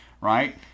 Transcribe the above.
right